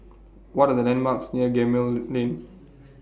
What Are The landmarks near Gemmill Lane